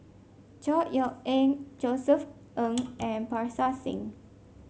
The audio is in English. Chor Yeok Eng Josef Ng and Parga Singh